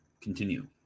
continue